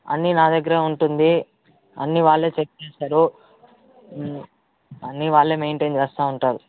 అన్నీ నా దగ్గరే ఉంటుంది అన్ని వాళ్ళే చెక్ చేస్తారు అన్ని వాళ్ళే మెయింటైన్ చేస్తూ ఉంటారు